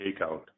takeout